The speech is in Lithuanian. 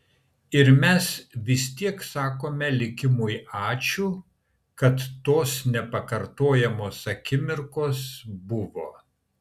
ir mes vis tiek sakome likimui ačiū kad tos nepakartojamos akimirkos buvo